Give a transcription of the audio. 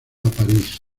parís